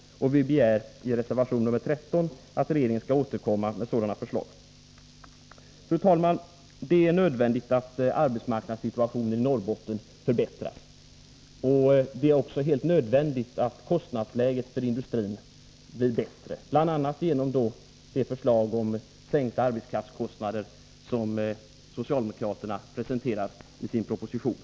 Vi begär i reservation 13 att regeringen skall återkomma med sådana förslag. Fru talman! Det är nödvändigt att arbetsmarknadssituationen i Norrbotten förbättras. Det är också helt nödvändigt att kostnadsläget för industrin blir bättre, bl.a. genom det förslag om sänkta arbetskraftskostnader som socialdemokraterna presenterar i sin proposition.